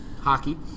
hockey